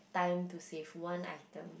time to save one item